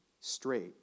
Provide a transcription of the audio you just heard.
straight